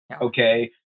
okay